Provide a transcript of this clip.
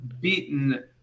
beaten